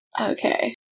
Okay